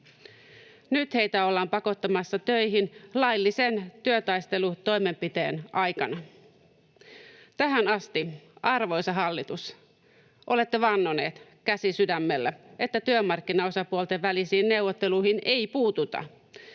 Nyt heitä ollaan pakottamassa töihin laillisen työtaistelutoimenpiteen aikana. Tähän asti, arvoisa hallitus, olette vannoneet käsi sydämellä, että työmarkkinaosapuolten välisiin neuvotteluihin ei puututa.